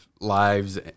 lives